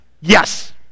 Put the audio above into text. Yes